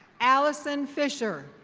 alison fisher.